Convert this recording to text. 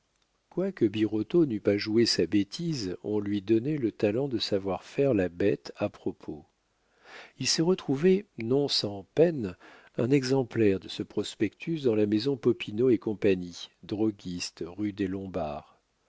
quoique birotteau n'eût pas joué sa bêtise on lui donna le talent de savoir faire la bête à propos il s'est retrouvé non sans peine un exemplaire de ce prospectus dans la maison popinot et compagnie droguistes rue des lombards